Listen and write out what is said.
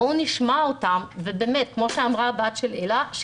בואו נשמע אותם וכמו שאמרה הבת של הילה,